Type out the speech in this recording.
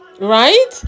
right